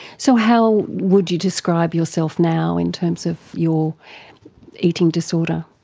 so how would you describe yourself now in terms of your eating disorder?